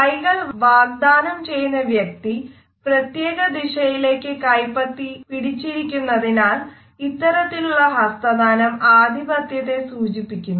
കൈകൾ വാഗ്ദാനം ചെയുന്ന വ്യക്തി പ്രത്യേക ദിശയിലേക്ക് കൈപ്പത്തി പിടിച്ചിരിക്കുന്നതിനാൽ ഇത്തരത്തിലുള്ള ഹസ്തദാനം ആധിപത്യത്തെ സൂചിപ്പിക്കുന്നു